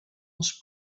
els